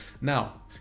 Now